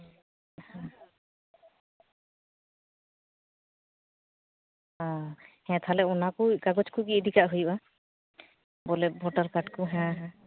ᱦᱮᱸ ᱛᱟᱦᱞᱮ ᱠᱟᱜᱚᱡᱽ ᱠᱚᱫᱚ ᱤᱫᱤ ᱠᱟᱜ ᱦᱩᱭᱩᱜ ᱜᱮᱭᱟ ᱵᱚᱞᱮ ᱵᱷᱳᱴᱟᱨ ᱠᱟᱨᱰ ᱠᱚ ᱦᱮᱸ ᱦᱮᱸ